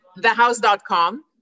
thehouse.com